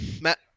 Matt